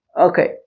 Okay